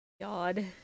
God